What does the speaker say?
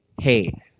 Hey